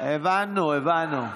הבנו הבנו.